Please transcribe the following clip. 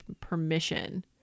permission